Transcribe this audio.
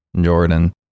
Jordan